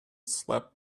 slept